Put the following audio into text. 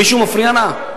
מישהו מפריע לה?